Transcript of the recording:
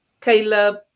Caleb